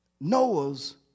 Noah's